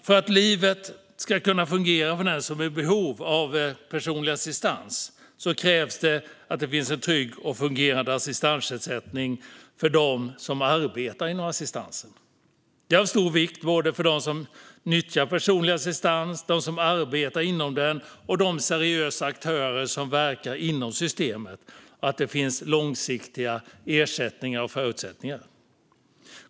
För att livet ska kunna fungera för den som är i behov av personlig assistans krävs att det finns en trygg och fungerande assistansersättning för dem som arbetar inom assistansen. Det är av stor vikt både för dem som nyttjar personlig assistans, för dem som arbetar inom den och för de seriösa aktörer som verkar inom systemet att det finns långsiktiga ersättningar och förutsättningar.